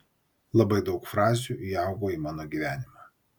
labai daug frazių įaugo į mano gyvenimą